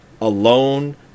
alone